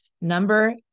Number